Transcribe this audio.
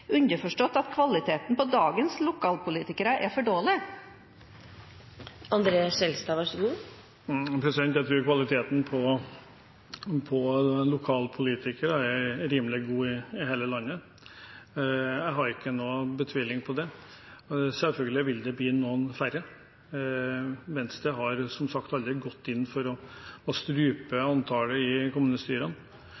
underforstått at kvaliteten på dagens lokalpolitikere er for dårlig? Jeg tror kvaliteten på lokalpolitikere er rimelig god i hele landet. Jeg betviler ikke det. Selvfølgelig vil det bli noen færre. Venstre har, som sagt, aldri gått inn for å strupe antallet i kommunestyrene.